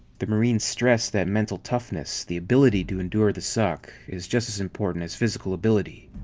the marines stress that mental toughness, the ability to endure the suck, is just as important as physical ability.